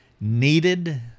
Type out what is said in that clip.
needed